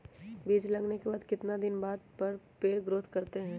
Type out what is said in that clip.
बीज लगाने के बाद कितने दिन बाद पर पेड़ ग्रोथ करते हैं?